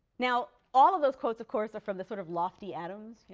now, all of those quotes of course are from the sort of lofty adams, yeah